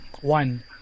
one